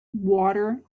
water